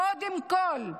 קודם כול.